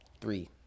three